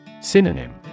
Synonym